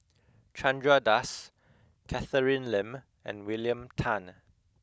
Chandra Das Catherine Lim and William Tan